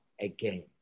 again